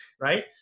right